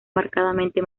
marcadamente